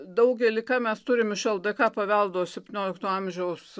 daugelį ką mes turim iš ldk paveldo septyniolikto amžiaus